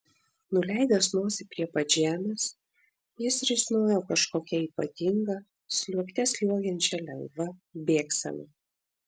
nuleidęs nosį prie pat žemės jis risnojo kažkokia ypatinga sliuogte sliuogiančia lengva bėgsena